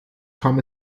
kam